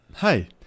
Hi